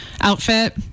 outfit